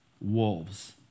wolves